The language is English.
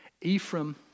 Ephraim